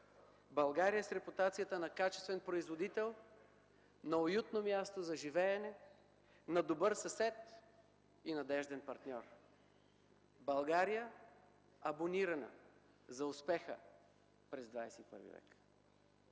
България с репутацията на качествен производител, на уютно място за живеене, на добър съсед и надежден партньор. България, абонирана за успеха през ХХІ век!